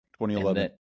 2011